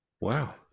wow